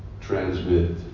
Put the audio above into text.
transmit